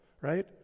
right